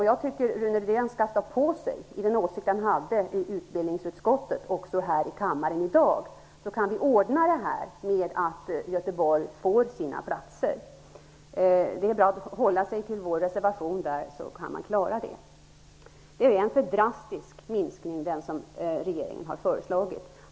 Jag tycker att Rune Rydén skall stå på sig och också här i kammaren i dag hävda den åsikt som han hade i utbildningsutskottet, så kan vi ordna så att Göteborg får sina platser. Det gäller bara att stödja vår reservation så kan man klara det. Det är en alltför drastisk minskning som regeringen har föreslagit.